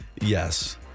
yes